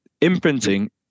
Imprinting